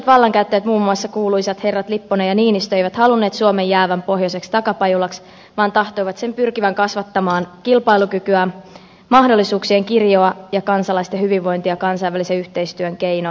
silloiset vallankäyttäjät muun muassa kuuluisat herrat lipponen ja niinistö eivät halunneet suomen jäävän pohjoiseksi takapajulaksi vaan tahtoivat sen pyrkivän kasvattamaan kilpailukykyään mahdollisuuksien kirjoa ja kansalaisten hyvinvointia kansainvälisen yhteistyön keinoin